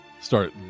Start